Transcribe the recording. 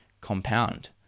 compound